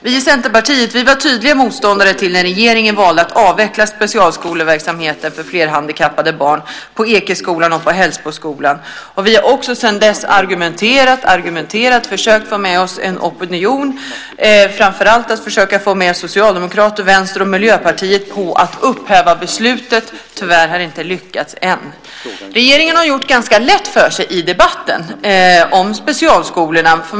Vi i Centerpartiet var tydliga motståndare när regeringen valde att avveckla specialskoleverksamheten för flerhandikappade barn på Ekeskolan och på Hällsboskolan. Vi har också sedan dess argumenterat och försökt få en opinion. Framför allt har vi försökt få med socialdemokrater, Vänstern och Miljöpartiet på att man ska upphäva beslutet. Tyvärr har det inte lyckats än. Regeringen har gjort det ganska lätt för sig i debatten om specialskolorna.